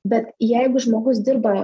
bet jeigu žmogus dirba